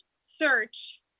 search